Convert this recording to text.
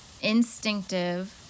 instinctive